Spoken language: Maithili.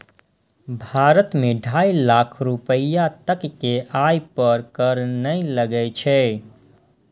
भारत मे ढाइ लाख रुपैया तक के आय पर कर नै लागै छै